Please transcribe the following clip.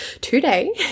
today